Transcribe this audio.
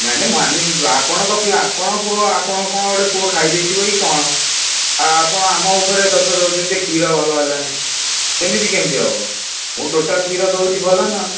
ନାହିଁ ନାହିଁ ଆପଣଙ୍କ ଆପଣଙ୍କ ପୁଅ ଆପଣ କ'ଣ ଗୋଟେ ପୁଅ ଖାଇଦେଇଥିବ କି କ'ଣ ଆପଣ ଆମ ଉପରେ ଦୋଷ ଦେଉଛନ୍ତି କ୍ଷୀର ଭଲ ହେଲାନି ସେମିତି କେମିତି ହେବ ମୁଁ ଟୋଟାଲ୍ କ୍ଷୀର ଦେଉଛି ଭଲନା